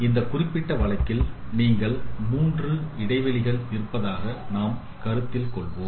இந்த குறிப்பிட்ட வழக்கில் நீங்கள் 3 இடைவெளிகள் இருப்பதாக நாம் கருத்தில் கொள்வோம்